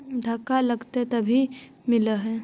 धक्का लगतय तभीयो मिल है?